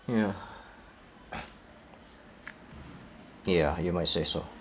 ya ya you might say so